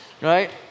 right